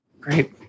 Great